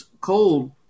cold